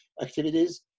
activities